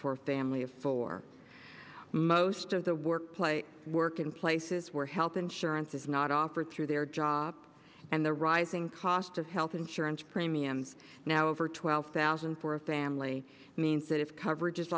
for family of four most of the workplace work in places where health insurance is not offered through their job and the rising cost of health insurance premiums now over twelve thousand for a family means that if coverage is